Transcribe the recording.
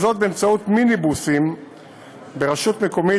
וזאת באמצעות מיניבוסים ברשות מקומית